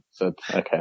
okay